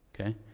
okay